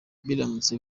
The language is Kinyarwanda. biramutse